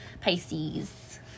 Pisces